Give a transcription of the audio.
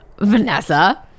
Vanessa